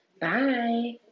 Bye